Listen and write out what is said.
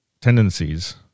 tendencies